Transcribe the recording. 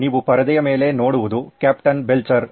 ನೀವು ಪರದೆಯ ಮೇಲೆ ನೋಡುವುದು ಕ್ಯಾಪ್ಟನ್ ಬೆಲ್ಚರ್